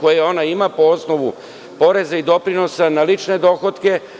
koju ona ima po osnovu poreza i doprinosa na lične dohotke.